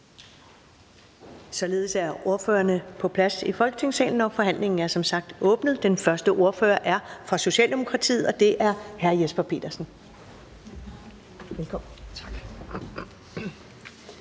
Så er ordførerne på plads i Folketingssalen, og forhandlingen er åbnet. Den første ordfører er fra Socialdemokratiet, og det er hr. Jesper Petersen.